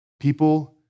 People